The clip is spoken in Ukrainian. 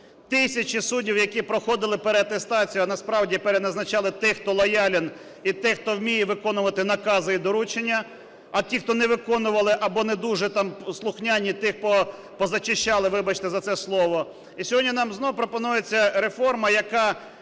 Тисячі суддів, які проходили переатестацію, а насправді переназначали тих, хто лояльний і тих, хто вміє виконувати накази і доручення. А ті, хто не виконували або не дуже там слухняні, тих позачищали, вибачте за це слово. І сьогодні нам знову пропонується реформа, яка…